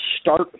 start